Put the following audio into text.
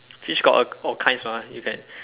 fish got all all kinds mah you can